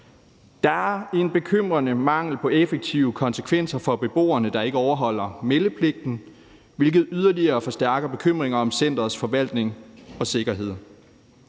Der er en bekymrende mangel på effektive konsekvenser over for beboerne, der ikke overholder meldepligten, hvilket yderligere forstærker bekymringen over centerets forvaltning og sikkerhed.